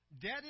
Debt